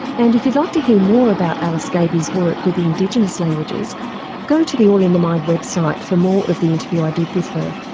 and if you'd like to hear more about alice gaby's work with the indigenous languages go to the all in the mind website for more of the interview i did with her.